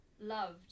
loved